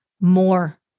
more